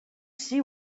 see